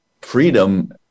freedom